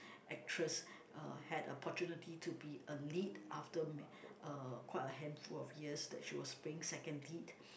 actress uh had opportunity to be a lead after ma~ uh quite a handful of years that she was being second lead